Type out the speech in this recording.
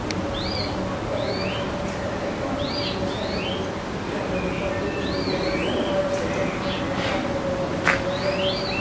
એમાં ત્યાંની મટકા બિરયાની જે છે એ પણ અમને બહુ સારી લાગે ત્યાં બધું કોન્ટીટીમાં બહુ વધારે મળે છે જમવાનું એટલે અમને લોકોને બહુ મજા આવી